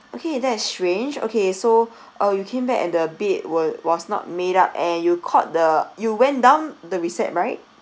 okay that's strange okay so uh you came back and the bed were was not made up and you called the you went down the recep~ right